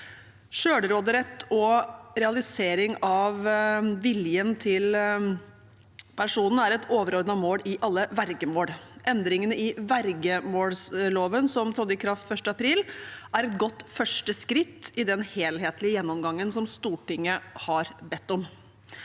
Selvråderett og realisering av viljen til personen er et overordnet mål i alle vergemål. Endringene i vergemålsloven som trådte i kraft 1. april, er et godt første skritt i den helhetlige gjennomgangen som Stortinget har bedt om.